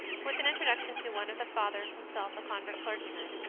with an introduction to one of the fathers, himself a convert clergyman.